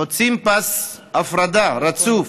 חוצים פס הפרדה רצוף,